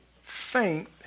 faint